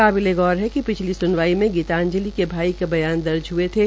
काबिलेगौर है कि पिछली स्नवाई में गीताजंलि के भाई के बयान दर्ज हये थे